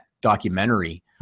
documentary